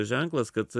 ženklas kad